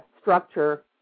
structure